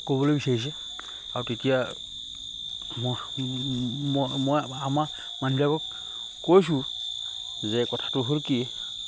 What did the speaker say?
ক'বলৈ বিচাৰিছে আৰু তেতিয়া মই মই আমাৰ মানুহবিলাকক কৈছোঁ যে কথাটো হ'ল কি